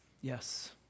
Yes